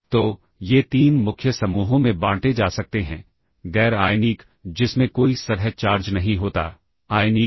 तो यह फंक्शन या प्रोसीजर एक हाई लेवल लैंग्वेज के समान ही है